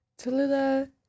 Talula